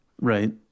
Right